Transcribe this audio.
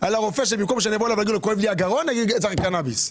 שבמקום שאגיד לו: כואב לי הגרון אגיד: צריך קנאביס.